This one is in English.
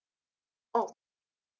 oh